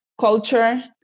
culture